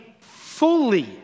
fully